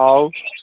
ହଉ